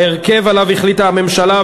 בהרכב שעליו החליטה הממשלה,